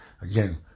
again